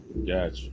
Gotcha